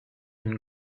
une